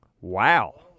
Wow